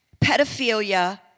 pedophilia